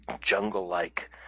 jungle-like